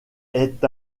est